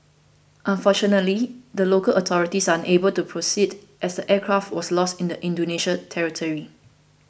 unfortunately the local authorities are unable to proceed as the aircraft was lost in Indonesia territory